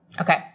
Okay